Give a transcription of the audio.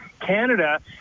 Canada